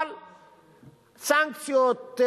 אבל סנקציות,